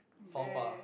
faux pas